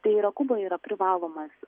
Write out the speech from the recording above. tai yra kuboj yra privalomas